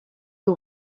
you